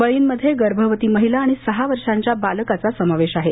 बळींमध्ये गर्भवती महिला आणि सहा वर्षांच्या बालकाचा समावेश आहे